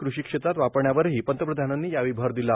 कृषी क्षेत्रात वापरण्यावरही पंतप्रधानांनी भर दिला